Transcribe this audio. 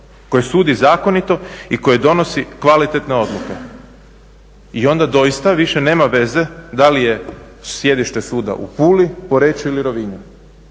koje sudi zakonito i koje donosi kvalitetne odluke. I onda doista više nema veze da li je sjedište suda u Puli, Poreču ili Rovinju